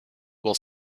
will